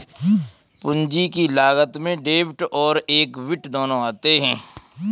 पूंजी की लागत में डेब्ट और एक्विट दोनों आते हैं